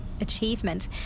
achievement